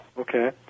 Okay